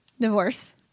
divorce